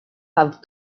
have